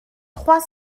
trois